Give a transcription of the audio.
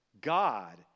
God